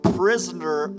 prisoner